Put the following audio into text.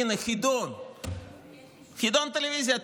הינה, חידון, חידון טלוויזיה.